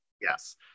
Yes